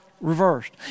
reversed